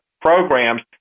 programs